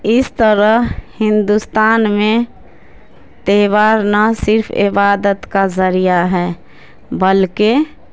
اس طرح ہندوستان میں تہوار نہ صرف عبادت کا ذریعہ ہے بلکہ